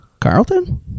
Carlton